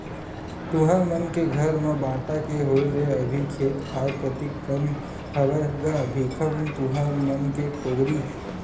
तुँहर मन के घर म बांटा के होय ले अभी खेत खार कतिक कन हवय गा भीखम तुँहर मन के पोगरी?